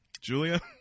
Julia